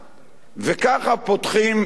וככה פותחים ברגל